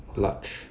large